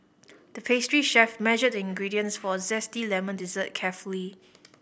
the pastry chef measured the ingredients for a zesty lemon dessert carefully